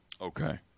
Okay